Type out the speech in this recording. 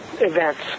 events